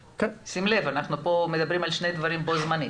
שים לב, אנחנו פה מדברים על שני הדברים בו זמנית.